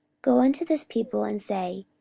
go unto this people, and say,